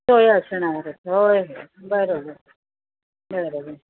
सोय असणारच होय बरोबर बरोबर